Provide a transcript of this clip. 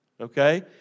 Okay